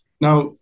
Now